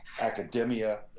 academia